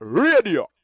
radio